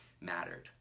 mattered